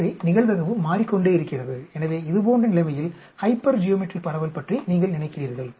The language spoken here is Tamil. எனவே நிகழ்தகவு மாறிக்கொண்டே இருக்கிறது எனவே இதுபோன்ற நிலைமையில் ஹைப்பர்ஜியோமெட்ரிக் பரவல் பற்றி நீங்கள் நினைக்கிறீர்கள்